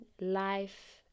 life